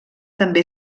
també